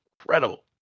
incredible